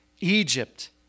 Egypt